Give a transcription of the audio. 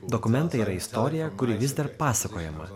dokumentai yra istorija kuri vis dar pasakojama